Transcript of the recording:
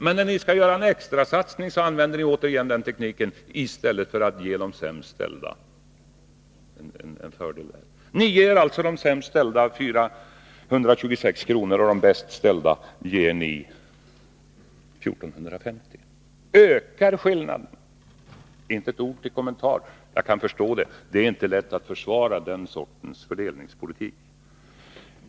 Men när socialdemokraterna sedan skall göra denna extrasatsning använder ni återigen samma teknik, i stället för att ge de sämst ställda en fördel. Ni ger alltså de sämst ställda 426 kr. och de bäst ställda 1 450 kr., dvs. ökar skillnaderna. Inte ett ord till kommentar! Men jag kan förstå det — det är inte lätt att försvara den sortens fördelningspolitik.